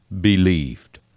believed